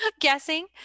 Guessing